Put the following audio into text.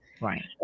Right